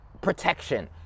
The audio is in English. protection